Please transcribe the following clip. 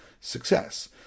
success